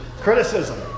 Criticism